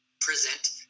present